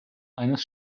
eines